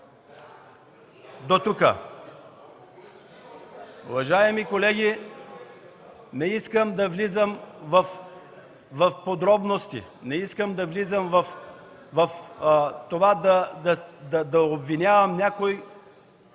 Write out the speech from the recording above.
До тук! Уважаеми колеги, не искам да влизам в подробности, не искам да обвинявам някой